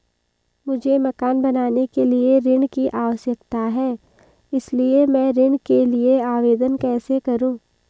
मुझे मकान बनाने के लिए ऋण की आवश्यकता है इसलिए मैं ऋण के लिए आवेदन कैसे करूं?